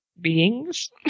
beings